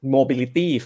Mobility